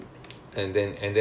oh